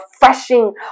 refreshing